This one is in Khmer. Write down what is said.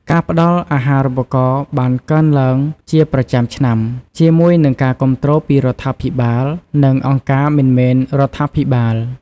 ការផ្តល់អាហារូបករណ៍បានកើនឡើងជាប្រចាំឆ្នាំ ជាមួយនឹងការគាំទ្រពីរដ្ឋាភិបាល និងអង្គការមិនមែនរដ្ឋាភិបាល។